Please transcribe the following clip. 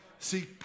See